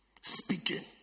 speaking